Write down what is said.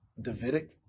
Davidic